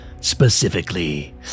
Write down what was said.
specifically